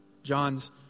John's